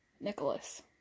Nicholas